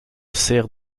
serres